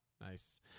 Nice